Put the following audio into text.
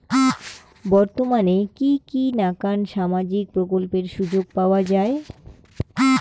বর্তমানে কি কি নাখান সামাজিক প্রকল্পের সুযোগ পাওয়া যায়?